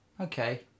Okay